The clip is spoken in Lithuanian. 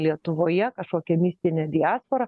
lietuvoje kažkokią mistinę diasporą